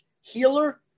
healer